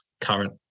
current